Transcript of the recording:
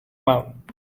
mountain